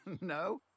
No